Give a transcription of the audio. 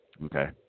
Okay